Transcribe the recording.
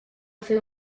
fer